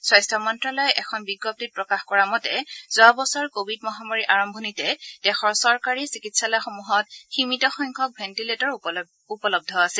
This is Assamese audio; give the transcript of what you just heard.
স্বাস্থ্য মন্তালয়ে এখন বিজ্ঞপ্তিত প্ৰকাশ কৰা মতে যোৱা বছৰ কোৱিড মহামাৰীৰ আৰম্ভণিতে দেশৰ চৰকাৰী চিকিৎসালয়সমূহত সীমিত সংখ্যক ভেণ্টিলেটৰ উপলভ্য আছিল